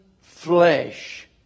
flesh